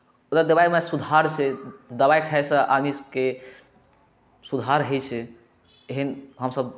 ओना दवाईमे सुधार छै दवाई खायसँ आदमीकेँ सुधार होइ छै एहन हमसभ